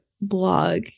blog